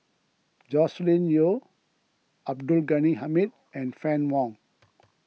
Joscelin Yeo Abdul Ghani Hamid and Fann Wong